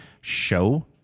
show